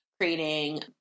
creating